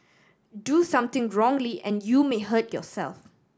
do something wrongly and you may hurt yourself